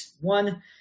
one